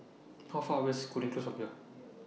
How Far away IS Cooling Close from here